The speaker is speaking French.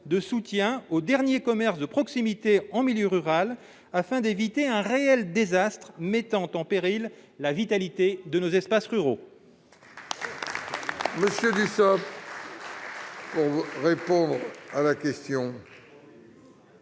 de soutien aux derniers commerces de proximité en milieu rural, afin d'éviter un réel désastre, mettant en péril la vitalité de nos espaces ruraux